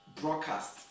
broadcast